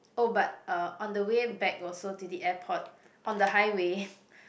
oh but uh on the way back also to the airport on the highway